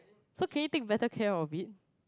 so can you take better care of it